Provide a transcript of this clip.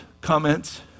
comments